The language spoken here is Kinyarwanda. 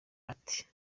ati